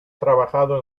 trabajado